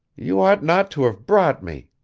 you ought not to have brought me.